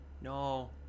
No